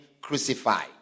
crucified